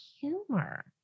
humor